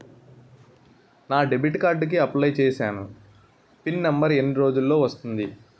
నా debit card కి apply చూసాను పిన్ నంబర్ ఎన్ని రోజుల్లో వస్తుంది?